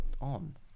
on